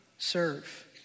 Serve